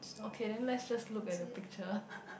okay then just look at the picture